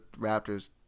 Raptors